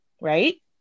right